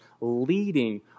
leading